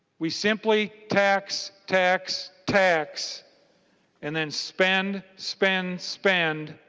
we simply tax tax tax and then spend spend spend